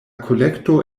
kolekto